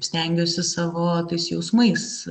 stengiausi savo tais jausmais